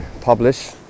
publish